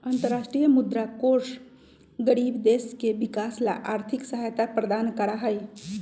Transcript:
अन्तरराष्ट्रीय मुद्रा कोष गरीब देश के विकास ला आर्थिक सहायता प्रदान करा हई